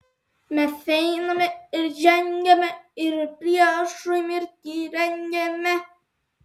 mes einame ir žengiame ir priešui mirtį rengiame